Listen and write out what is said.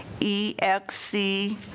EXC